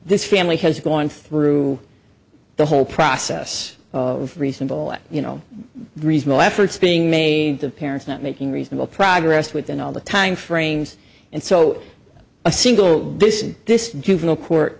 this family has gone through the whole process of reasonable you know reasonable efforts being made to parents not making reasonable progress within all the time frames and so a single this is this juvenile court